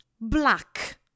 black